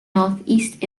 northeast